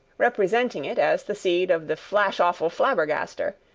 representing it as the seed of the flashawful flabbergastor,